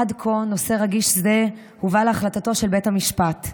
עד כה נושא רגיש זה הובא להחלטתו של בית המשפט.